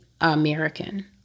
American